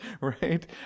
right